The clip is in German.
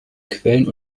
quellen